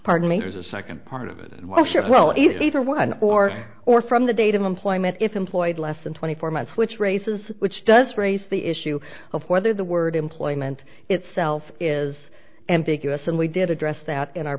partners a second part of it and wash up well either one or or from the date of employment if employed less than twenty four months which races which does raise the issue of whether the word employment itself is ambiguous and we did address that in our